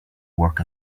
work